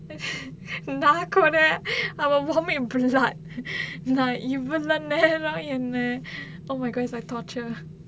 நா கூட:naa kooda I will vomit blood நா இவ்வள நேரம் என்ன:naa ivvala neram enna oh my gosh is like torture